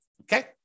Okay